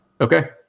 okay